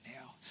now